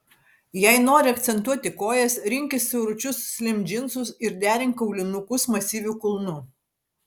jei nori akcentuoti kojas rinkis siauručius slim džinsus ir derink aulinukus masyviu kulnu